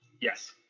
Yes